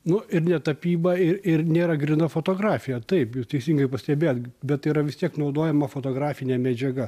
nu ir ne tapyba ir ir nėra gryna fotografija taip jūs teisingai pastebėjot bet yra vis tiek naudojama fotografinė medžiaga